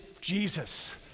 Jesus